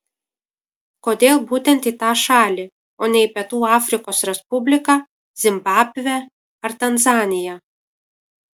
kodėl būtent į tą šalį o ne į pietų afrikos respubliką zimbabvę ar tanzaniją